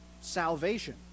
salvation